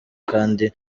kandi